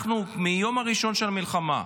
מהיום הראשון של המלחמה אמרנו: